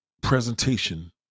presentation